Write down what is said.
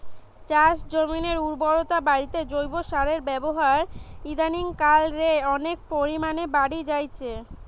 চাষজমিনের উর্বরতা বাড়িতে জৈব সারের ব্যাবহার ইদানিং কাল রে অনেক পরিমাণে বাড়ি জাইচে